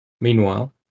Meanwhile